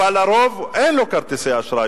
אבל לרוב אין כרטיסי אשראי,